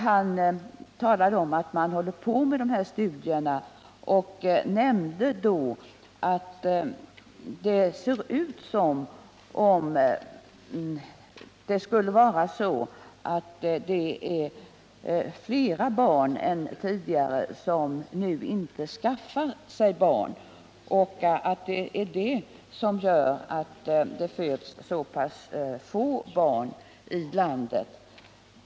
Han talade om att man håller på med sådana här studier och nämnde att det ser ut som om det skulle vara så, att det är flera familjer än tidigare som nu inte skaffar sig några barn alls och att det är detta som gör att det föds så pass få barn i landet.